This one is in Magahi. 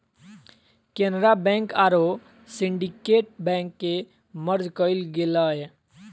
केनरा बैंक आरो सिंडिकेट बैंक के मर्ज कइल गेलय